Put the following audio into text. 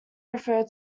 refer